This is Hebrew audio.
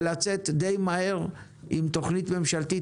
ולצאת דיי מהר עם תוכנית ממשלתית,